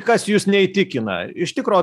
kas jus neįtikina iš tikro